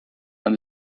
and